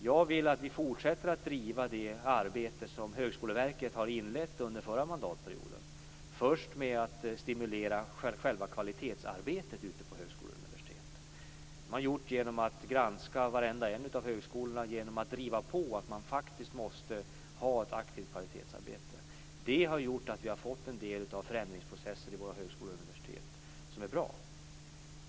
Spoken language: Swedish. Jag vill att vi fortsätter att driva det arbete som Högskoleverket har inlett under den förra mandatperioden, först med att stimulera själva kvalitetsarbetet ute på högskolor och universitet. Det har man gjort genom att granska varenda en av högskolorna och driva på för att man faktiskt måste ha ett aktivt kvalitetsarbete. Det har gjort att vi har fått en del förändringsprocesser vid våra högskolor och universitet som är bra.